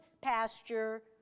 pasture